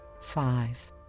five